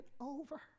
over